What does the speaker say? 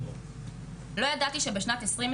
לא ידעתי שבשנת 2020